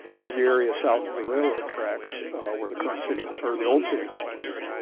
is the area south of the railroad tracks where the current city or the old city hall is,